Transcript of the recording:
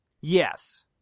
Yes